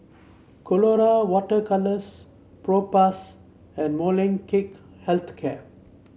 Colora Water Colours Propass and Molnylcke Health Care